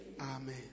Amen